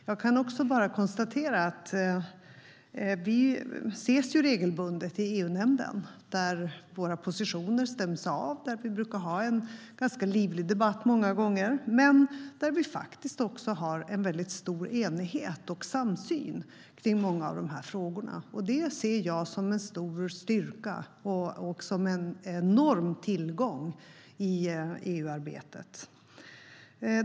Jag kan också konstatera att vi ses regelbundet i EU-nämnden, där våra positioner stäms av och där vi många gånger brukar ha en ganska livlig debatt men där vi faktiskt också har en väldigt stor enighet och samsyn kring många av dessa frågor. Det ser jag som en stor styrka och som en enorm tillgång i EU-arbetet.